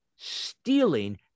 stealing